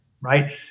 Right